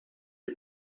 est